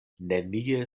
nenie